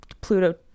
Pluto